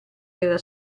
era